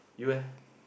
you leh